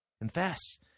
Confess